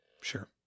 Sure